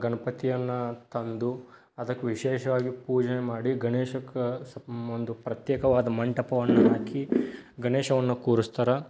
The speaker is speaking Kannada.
ಗಣಪತಿಯನ್ನು ತಂದು ಅದಕ್ಕೆ ವಿಶೇಷವಾಗಿ ಪೂಜೆ ಮಾಡಿ ಗಣೇಶಕ್ಕೆ ಪ್ರತ್ಯೇಕವಾದ ಮಂಟಪವನ್ನು ಹಾಕಿ ಗಣೇಶನನ್ನ ಕೂರಿಸ್ತಾರೆ